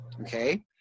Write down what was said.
Okay